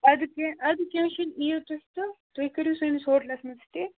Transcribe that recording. اَدٕ کیٚنٛہہ اَدٕ کیٚنٛہہ چھُنہٕ یِیِو تُہۍ تہٕ تُہۍ کٔرِو سٲنِس ہوٹلَس منٛز سٹے